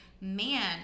man